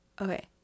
Okay